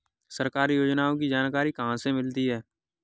सरकारी योजनाओं की जानकारी कहाँ से मिलती है?